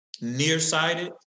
nearsighted